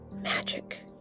magic